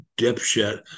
dipshit